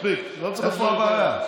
איפה הבעיה?